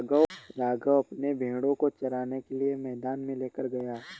राघव अपने भेड़ों को चराने के लिए मैदान में लेकर गया है